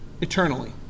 eternally